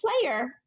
player